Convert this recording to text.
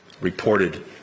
reported